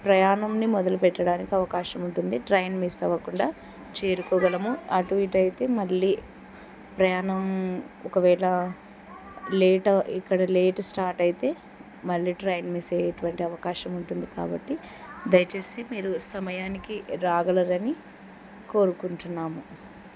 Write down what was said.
ప్రయాణాన్ని మొదలుపెట్టడానికి అవకాశం ఉంటుంది ట్రైన్ మిస్ అవ్వకుండా చేరుకోగలము అటు ఇటు అయితే మళ్ళీ ప్రయాణం ఒకవేళ లేట్ ఇక్కడ లేట్ స్టార్ట్ అయితే మళ్ళీ ట్రైన్ మిస్ అయ్యేటటువంటి అవకాశం ఉంటుంది కాబట్టి దయచేసి మీరు సమయానికి రాగలరని కోరుకుంటున్నాము